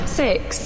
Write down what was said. six